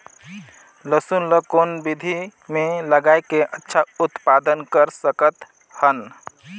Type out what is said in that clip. लसुन ल कौन विधि मे लगाय के अच्छा उत्पादन कर सकत हन?